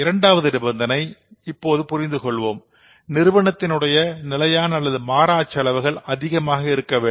இரண்டாவது நிபந்தனையை இப்பொழுது புரிந்து கொள்வோம் நிறுவனத்தினுடைய நிலையான அல்லது மாறாச் செலவுகள் அதிகமாக இருக்க வேண்டும்